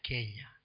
Kenya